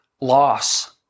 loss